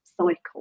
cycle